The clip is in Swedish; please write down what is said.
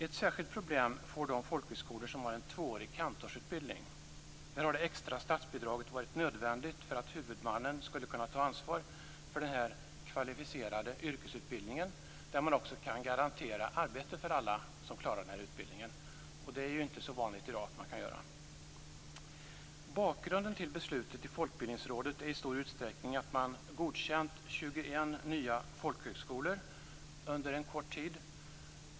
Ett särskilt problem får de folkhögskolor som har en tvåårig kantorsutbildning. Här har det extra statsbidraget varit nödvändigt för att huvudmannen skulle kunna ta ansvar för den här kvalificerade yrkesutbildningen, där man också kan garantera arbete för alla som klarar utbildningen. Det är ju inte så vanligt i dag att man kan göra det. Bakgrunden till beslutet i Folkbildningsrådet är i stor utsträckning att man godkänt 21 nya folkhögskolor under kort tid.